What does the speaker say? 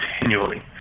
continually